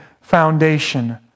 foundation